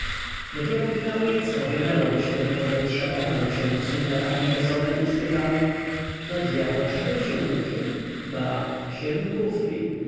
dopiero gdy na ulicy owionęło go świeże powietrze oparł się o słup latarni gazowej i spytał do dyabła czyżbym się upił ba siedm